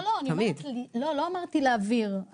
לא אמרתי להעביר.